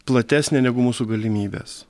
platesnė negu mūsų galimybės